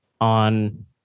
on